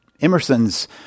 Emerson's